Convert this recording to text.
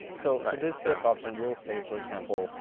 so, this save option will save for example,